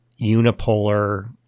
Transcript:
unipolar